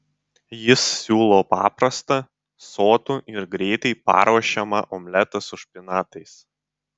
jis siūlo paprastą sotų ir greitai paruošiamą omletą su špinatais